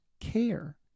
care